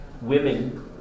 women